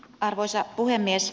arvoisa puhemies